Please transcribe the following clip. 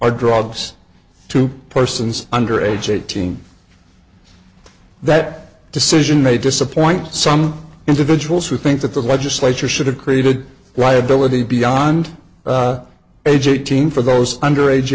or drugs to persons under age eighteen that decision may disappoint some individuals who think that the legislature should have created liability beyond age eighteen for those under age